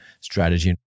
strategy